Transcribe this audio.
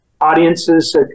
Audiences